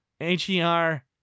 h-e-r